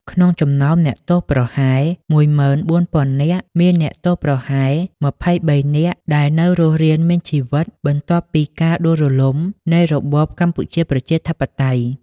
ក្នុងចំណោមអ្នកទោសប្រហែល ១៤០០០ នាក) មានអ្នកទោសប្រហែល២៣នាក់ ដែលនៅរស់រានមានជីវិត បន្ទាប់ពីការដួលរលំនៃរបបកម្ពុជាប្រជាធិបតេយ្យ ។